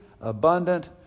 abundant